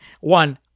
one